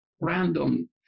random